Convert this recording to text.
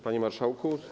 Panie Marszałku!